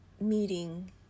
meeting